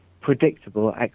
predictable